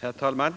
Herr talman!